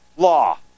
Law